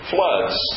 Floods